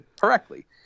correctly